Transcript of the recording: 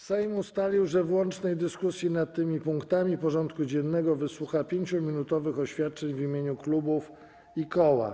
Sejm ustalił, że w łącznej dyskusji nad tymi punktami porządku dziennego wysłucha 5-minutowych oświadczeń w imieniu klubów i koła.